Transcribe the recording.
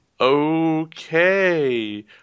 Okay